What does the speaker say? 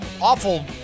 awful